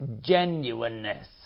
genuineness